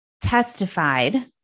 testified